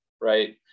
right